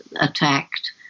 attacked